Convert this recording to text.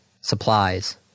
supplies